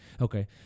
okay